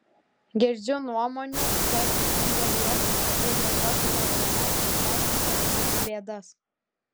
girdžiu nuomonių kad anderlecht treniruočių programa išspręs visas mūsų bėdas